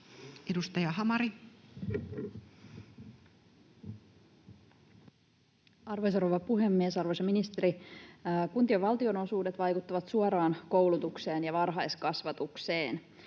Edustaja Hamari. Arvoisa rouva puhemies! Arvoisa ministeri! Kuntien valtionosuudet vaikuttavat suoraan koulutukseen ja varhaiskasvatukseen.